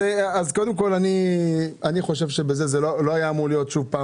אני חושב שזה לא היה אמור להיות כך,